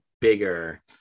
bigger